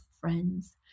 friends